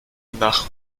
nach